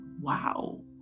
Wow